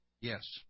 Yes